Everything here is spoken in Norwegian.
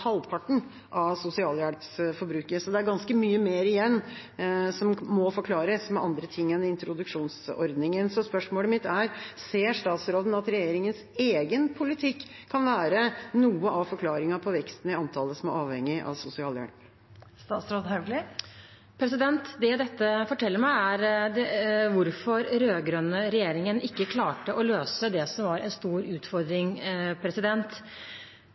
halvparten av sosialhjelpsforbruket, så det er ganske mye mer igjen som må forklares med andre ting enn introduksjonsordningen. Spørsmålet mitt er: Ser statsråden at regjeringas egen politikk kan være noe av forklaringen på veksten i antallet som er avhengig av sosialhjelp? Det dette forteller meg, er hvorfor den rød-grønne regjeringen ikke klarte å løse det som var en stor utfordring.